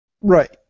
Right